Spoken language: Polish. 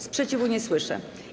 Sprzeciwu nie słyszę.